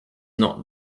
not